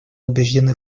убеждены